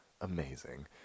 amazing